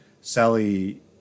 Sally